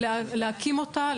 להקים אותה,